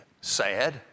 sad